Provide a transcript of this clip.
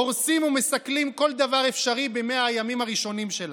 הורסים ומסכלים כל דבר אפשרי ב-100 הימים הראשונים שלה.